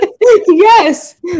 Yes